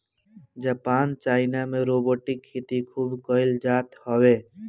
Japan China में robotic खेती खूब कईल जात हवे